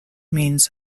means